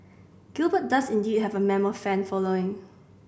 Gilbert does indeed have a mammoth fan following